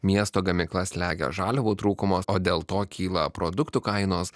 miesto gamyklas slegia žaliavų trūkumas o dėl to kyla produktų kainos